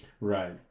Right